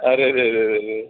અરે રે રે